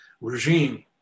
regime